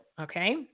okay